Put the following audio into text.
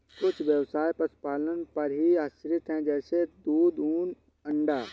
कुछ ब्यवसाय पशुपालन पर ही आश्रित है जैसे दूध, ऊन, अंडा